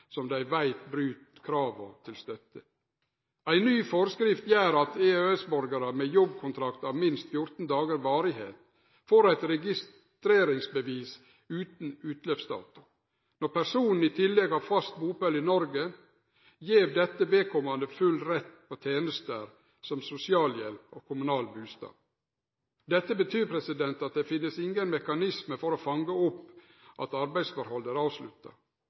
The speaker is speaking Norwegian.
som dei veit bryt krava til stønad. Ei ny forskrift gjer at EØS-borgarar med jobbkontrakt av minst 14 dagars varigheit får eit registreringsbevis utan utløpsdato. Når personen i tillegg har fast bustad i Noreg, gjev dette vedkommande full rett på tenester som sosialhjelp og kommunal bustad. Dette betyr at det ikkje finst nokon mekanisme for å fange opp at arbeidsforhold er avslutta.